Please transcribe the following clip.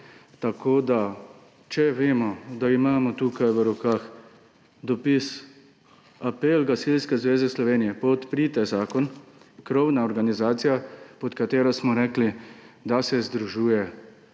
vzdržal. Če vemo, da imamo tukaj v rokah dopis, apel Gasilske zveze Slovenije, podprite zakon, krovne organizacije, pod katero smo rekli, da se združuje